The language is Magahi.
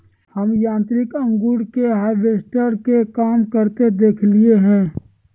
हम यांत्रिक अंगूर हार्वेस्टर के काम करते देखलिए हें